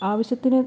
ആവശ്യത്തിന്